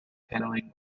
panelling